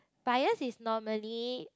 bias is normally